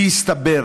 כי הסתבר